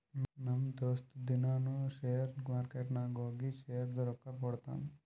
ನಮ್ ದೋಸ್ತ ದಿನಾನೂ ಶೇರ್ ಮಾರ್ಕೆಟ್ ನಾಗ್ ಹೋಗಿ ಶೇರ್ದು ರೊಕ್ಕಾ ನೋಡ್ತಾನ್